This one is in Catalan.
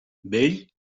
vell